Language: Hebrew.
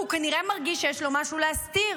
כי הוא כנראה מרגיש שיש לו משהו להסתיר.